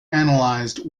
analysed